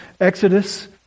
Exodus